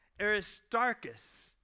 Aristarchus